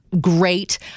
great